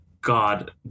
God